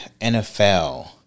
NFL